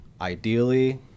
Ideally